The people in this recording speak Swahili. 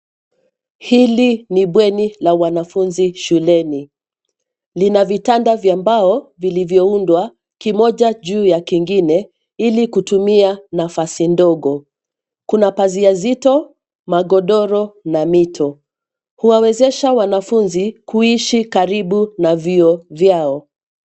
Hili ni bweni la wanafunzi shuleni, lina vitanda vya mbao vilivyoundwa kimoja juu ya kingine ili kutumia nafasi ndogo, kuna pazia zito, magodoro na mito, huwawezesha wanafunzi kuishi karibu na vyuo vyao.